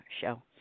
show